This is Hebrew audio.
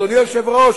אדוני היושב-ראש,